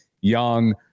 young